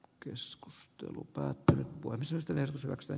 keskustelu päättely voi syystä saksan